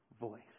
voice